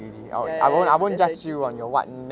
ya ya ya that's actually true